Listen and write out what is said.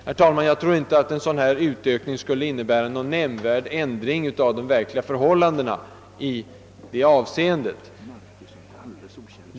Jag tror emellertid inte att vad vi föreslagit skulle innebära någon nämnvärd ändring av de verkliga förhållandena i det avseendet.